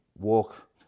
walk